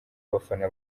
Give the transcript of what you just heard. abafana